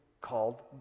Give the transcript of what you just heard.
called